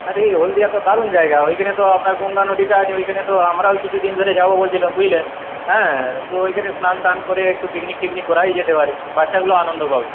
আরে হলদিয়া তো দারুণ জায়গা ওইখানে তো আপনার গঙ্গা নদীটা আছে ওইখানে তো আমরাও কিছুদিন ধরে যাব বলছিলাম বুঝলেন হ্যাঁ তো ওইখানে স্নান টান করে একটু পিকনিক টিকনিক করাই যেতে পারে বাচ্চাগুলো আনন্দ পাবে